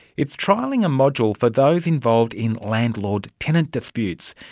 it's trialling a module for those involved in landlord-tenant disputes,